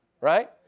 Right